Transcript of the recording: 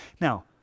Now